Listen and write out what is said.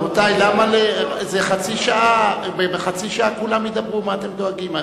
רבותי, בחצי שעה כולם ידברו, מה אתם דואגים?